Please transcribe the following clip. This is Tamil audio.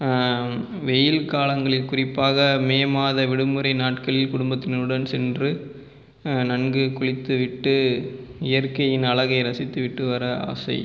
வெயில் காலங்களில் குறிப்பாக மே மாத விடுமுறை நாட்களில் குடும்பத்தினருடன் சென்று நன்கு குளித்து விட்டு இயற்கையின் அழகை ரசித்து விட்டு வர ஆசை